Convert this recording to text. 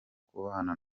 kubana